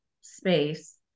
space